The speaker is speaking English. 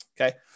okay